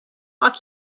walk